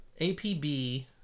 APB